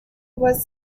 was